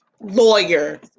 lawyer